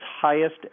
highest